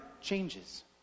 changes